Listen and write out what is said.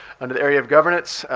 under the area of governance,